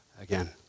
again